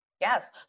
yes